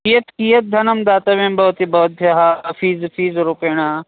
कियत् कियत् धनं दातव्यं भवति भवत्याः फ़ीज़् फ़ीस् रूपेण